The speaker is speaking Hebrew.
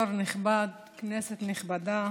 יו"ר נכבד, כנסת נכבדה,